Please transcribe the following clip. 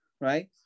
right